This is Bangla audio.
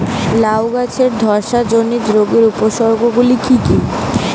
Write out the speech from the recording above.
লাউ গাছের ধসা জনিত রোগের উপসর্গ গুলো কি কি?